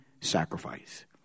sacrifice